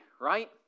right